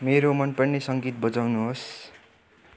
मेरो मन पर्ने सङ्गीत बजाउनु होस्